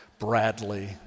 Bradley